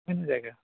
अफेन जायगा